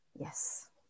Yes